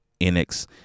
Enix